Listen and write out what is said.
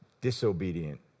disobedient